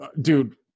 Dude